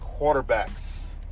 quarterbacks